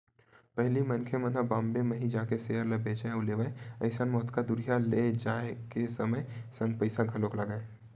पहिली मनखे मन ह बॉम्बे म ही जाके सेयर ल बेंचय अउ लेवय अइसन म ओतका दूरिहा के जाय ले समय के संग पइसा घलोक लगय